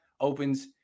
opens